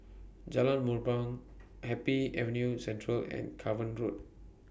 Jalan Mendong Happy Avenue Central and Cavan Road